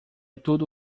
tudo